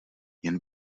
jen